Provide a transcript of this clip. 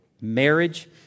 marriage